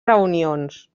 reunions